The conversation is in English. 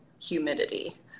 humidity